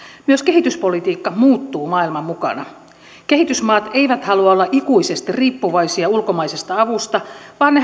myös kehityspolitiikka muuttuu maailman mukana kehitysmaat eivät halua olla ikuisesti riippuvaisia ulkomaisesta avusta vaan ne